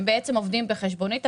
הם בעצם עובדים בחשבונית,